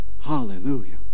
Hallelujah